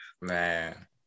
Man